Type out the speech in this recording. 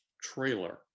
trailer